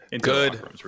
good